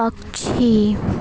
पक्षी